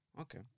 okay